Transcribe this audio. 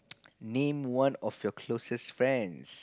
name one of your closest friends